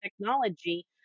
technology